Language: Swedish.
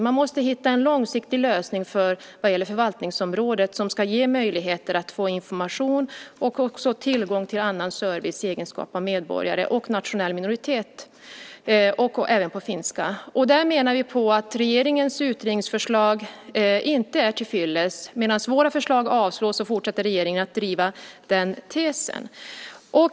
Man måste hitta en långsiktig lösning vad gäller förvaltningsområdet. Man ska i egenskap av medborgare och del av en nationell minoritet ha möjlighet att få information och tillgång till service. Det gäller alltså även på finska. Där menar vi att regeringens utredningsförslag inte är tillfyllest. Medan våra förslag avslås fortsätter regeringen att driva den tesen.